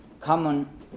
common